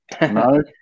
No